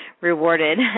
rewarded